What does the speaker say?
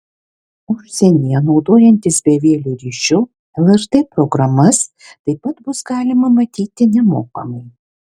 užsienyje naudojantis bevieliu ryšiu lrt programas taip pat bus galima matyti nemokamai